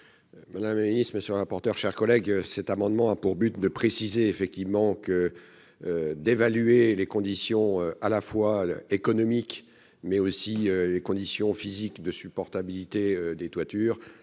madame, monsieur le rapporteur, chers collègues, cet amendement a pour but de préciser effectivement que d'évaluer les conditions à la fois économiques mais aussi les conditions physiques ne supporte habilité des toitures